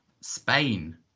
Spain